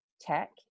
tech